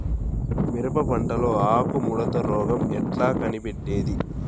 మిరప పంటలో ఆకు ముడత రోగం ఎట్లా కనిపెట్టేది?